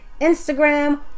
Instagram